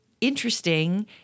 interesting